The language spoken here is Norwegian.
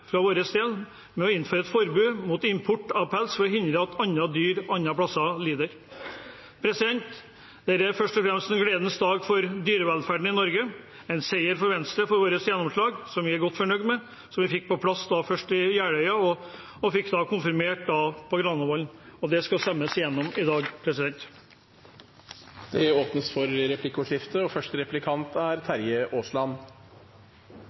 fra 2025. Men kampen stopper selvsagt ikke der. Etter at dette slaget er vunnet, vil vi jobbe videre for å innføre et forbud mot import av pels, for å hindre at andre dyr andre plasser lider. Dette er først og fremst en gledens dag for dyrevelferden i Norge. Det er en seier for Venstre og et gjennomslag vi er godt fornøyd med, som vi først fikk på plass i Jeløya-plattformen og fikk konfirmert i Granavolden-plattformen. Det skal stemmes igjennom i dag. Det blir replikkordskifte.